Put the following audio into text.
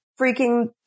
freaking